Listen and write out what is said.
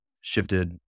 shifted